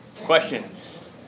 questions